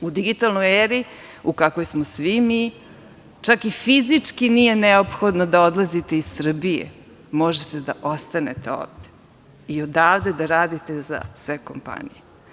U digitalnoj eri u kakvoj smo svi mi, čak i fizički nije neophodno da odlazite iz Srbije, možete da ostanete ovde i odavde da radite za sve kompanije.